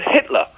Hitler